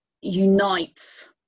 unites